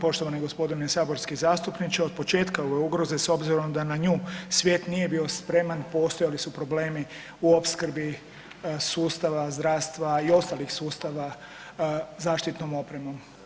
Poštovani gospodine saborski zastupniče, od početka ove ugroze s obzirom da na nju svijet nije bio spreman, postojali su problemi u opskrbi sustava zdravstva i ostalih sustava zaštitnom opremom.